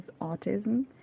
autism